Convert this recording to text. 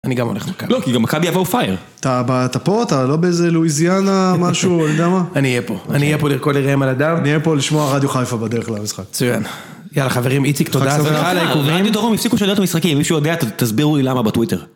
אני גם הולך למכבי. לא כי גם מכבי יבואו פייר. אתה פה? אתה לא באיזה לואיזיאנה? משהו? אני יודע מה? אני אהיה פה. אני אהיה פה לרקוד לראם על הדם. אני אהיה פה לשמוע רדיו חיפה בדרך למשחק. מצוין. יאללה חברים איציק תודה. סליחה על העיכובים. רדיו דרום הפסיקו לשדר משחקים. אם מישהו יודע תסבירו לי למה בטוויטר.